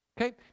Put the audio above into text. Okay